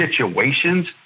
situations